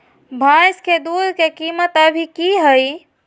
भैंस के दूध के कीमत अभी की हई?